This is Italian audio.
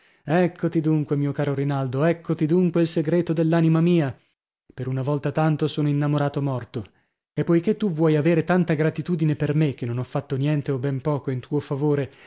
eccoti dunque mio caro rinaldo eccoti dunque il segreto dell'anima mia per una volta tanto sono innamorato morto e poichè tu vuoi avere tanta gratitudine per me che non ho fatto niente o ben poco in tuo favore